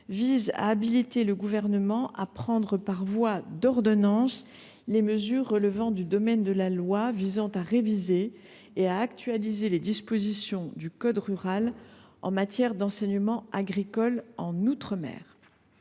de loi habilite le Gouvernement à prendre par voie d’ordonnance les mesures relevant du domaine de la loi visant à réviser et à actualiser les dispositions du code rural et de la pêche maritime en matière d’enseignement agricole en outre mer.